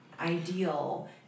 ideal